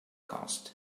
cost